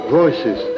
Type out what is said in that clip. voices